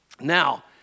Now